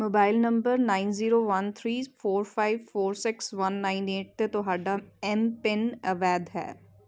mobile number nine zero one three four five four six one nine eight 'ਤੇ ਤੁਹਾਡਾ MPIN ਅਵੈਧ ਹੈ